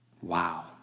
Wow